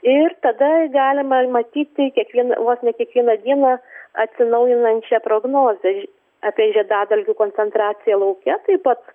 ir tada galima matyti kiekvieną vos ne kiekvieną dieną atsinaujinančią prognozę apie žiedadulkių koncentraciją lauke taip pat